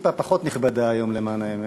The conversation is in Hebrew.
טיפ-טיפה פחות נכבדה היום, למען האמת,